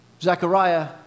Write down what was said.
Zechariah